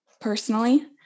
personally